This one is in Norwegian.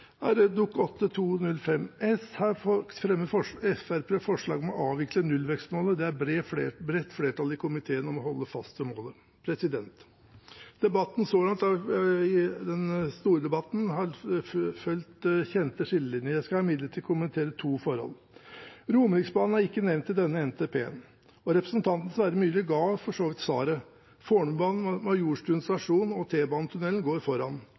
S fremmer Fremskrittspartiet forslag om å avvikle nullvekstmålet. Det er bredt flertall i komiteen for å holde fast ved målet. Den store debatten har så langt fulgt kjente skillelinjer, men jeg skal imidlertid kommentere to forhold. Romerriksbanen er ikke nevnt i denne NTP-en, og representanten Sverre Myrli ga for så vidt svaret på det. Fornebubanen, Majorstuen stasjon og T-banetunnelen går foran,